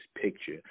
picture